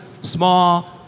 small